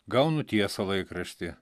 gaunu tiesą laikraštį